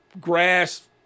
grass